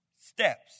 steps